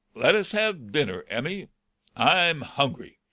let us have dinner, emmy i'm hungry.